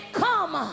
come